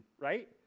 right